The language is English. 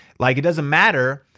like it doesn't matter.